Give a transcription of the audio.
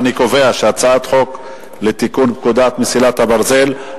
אני קובע שהצעת חוק לתיקון פקודת מסילות הברזל (מס' 6),